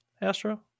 astro